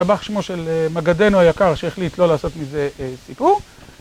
ישתבח שמו של מגדנו היקר שהחליט לא לעשות מזה סיפור